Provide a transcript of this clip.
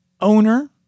owner